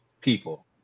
people